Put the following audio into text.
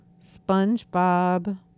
SpongeBob